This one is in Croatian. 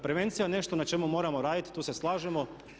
Prevencija je nešto na čemu moramo raditi, tu se slažemo.